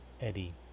Eddie